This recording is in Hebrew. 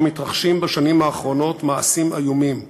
מתרחשים בשנים האחרונות מעשים איומים,